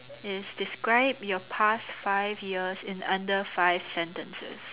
is describe your past five years in under five sentences